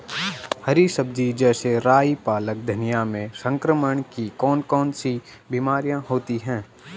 हरी सब्जी जैसे राई पालक धनिया में संक्रमण की कौन कौन सी बीमारियां होती हैं?